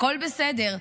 הכול בסדר.